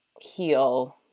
heal